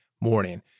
morning